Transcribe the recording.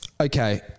Okay